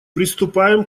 приступаем